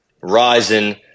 rising